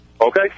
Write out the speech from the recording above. Okay